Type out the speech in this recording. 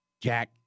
Jack